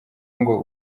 ngo